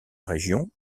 région